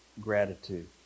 gratitude